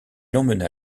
emmena